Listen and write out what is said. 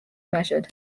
measured